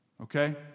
Okay